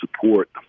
support